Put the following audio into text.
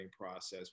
process